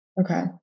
Okay